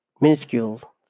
minuscule